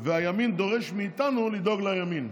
והימין דורש מאיתנו לדאוג לימין.